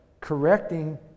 correcting